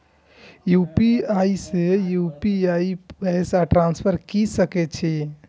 UPI से UPI पैसा transfer की सके छी?